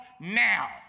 now